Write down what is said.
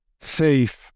safe